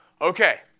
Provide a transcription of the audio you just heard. Okay